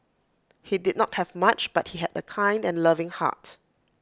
he did not have much but he had A kind and loving heart